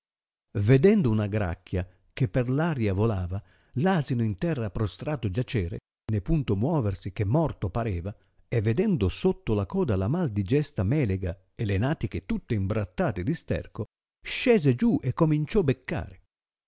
vedendo una gracchia che per l'aria volava l'asino in terra prostrato giacere ne punto muoversi che morto pareva e vedendo sotto la coda la mal digesta melega e le natiche tutte imbrattate di sterco scese giù e cominciò beccare